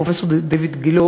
פרופסור דיויד גילה,